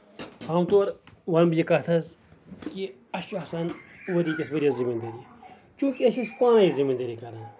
عام طور ونہٕ بہٕ یہِ کَتھ حظ کہِ اسہِ چھُ آسان ؤری کِس ؤرۍ یَس زٔمیٖن دٲری چوٗنکہِ أسۍ ٲسۍ پانَے زٔمیٖن دٲری کران